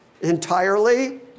entirely